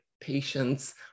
patients